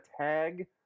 tag